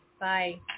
Bye